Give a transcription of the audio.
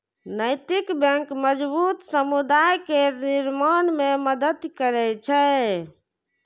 नैतिक बैंक मजबूत समुदाय केर निर्माण मे मदति करै छै